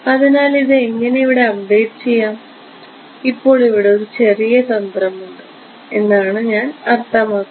അതിനാൽ ഇത് എങ്ങനെ ഇവിടെ അപ്ഡേറ്റ് ചെയ്യാം ഇപ്പോൾ ഇവിടെ ഒരു ചെറിയ തന്ത്രം ഉണ്ട് എന്നാണ് ഞാൻ അർത്ഥമാക്കുന്നത്